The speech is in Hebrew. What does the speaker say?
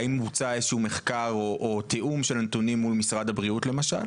האם בוצע איזה שהוא מחקר או תיאום של הנתונים מול משרד הבריאות למשל?